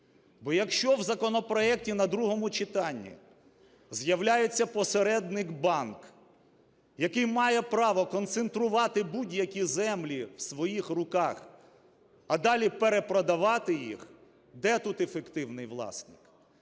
Бо якщо в законопроекті на другому читанні з'являється посередник-банк, який має право концентрувати будь-які землі в своїх руках, а далі перепродавати їх, де тут ефективний власник?